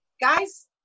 Guys